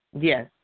Yes